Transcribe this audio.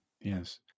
Yes